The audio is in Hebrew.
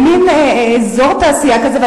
במין אזור תעשייה כזה,